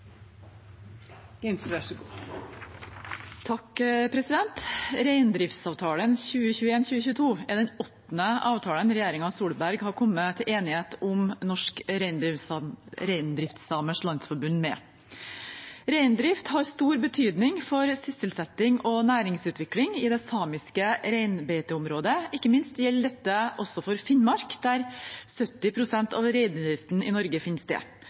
Reindriftsavtalen 2021–2022 er den åttende avtalen regjeringen Solberg har kommet til enighet med Norsk Reindriftssamers Landsforforbund om. Reindrift har stor betydning for sysselsetting og næringsutvikling i det samiske reinbeiteområdet. Ikke minst gjelder dette for Finnmark, der 70 pst. av reindriften i Norge finner sted,